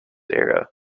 era